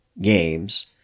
games